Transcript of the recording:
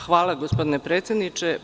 Hvala, gospodine predsedniče.